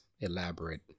elaborate